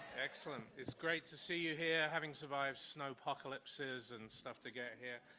excellent, it's great to see you here, having survived snowpocalypses and stuff to get here,